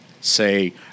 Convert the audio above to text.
say